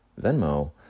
Venmo